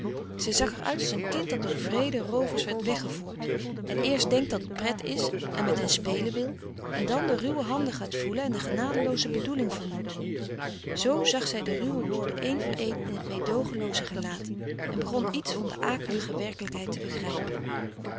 zij zag er uit als een kind dat door wreede roovers wordt weggevoerd en eerst denkt dat het pret is en met hen spelen wil en dan de ruwe handen gaat voelen en de genadelooze bedoeling vermoedt zoo zag zij de ruwe woorden één voor één in het meedoogenlooze gelaat en begon iets van de akelige werkelijkheid te begrijpen